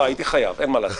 הייתי חייב, אין מה לעשות.